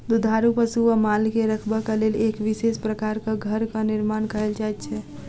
दुधारू पशु वा माल के रखबाक लेल एक विशेष प्रकारक घरक निर्माण कयल जाइत छै